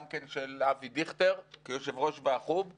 גם כן של אבי דיכטר כיושב-ראש ועדת חוץ וביטחון,